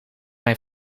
mij